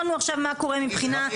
שם,